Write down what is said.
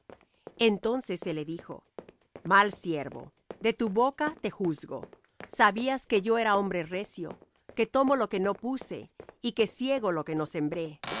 entonces él le dijo mal siervo de tu boca te juzgo sabías que yo era hombre recio que tomo lo que no puse y que siego lo que no sembré